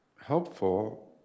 helpful